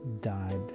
died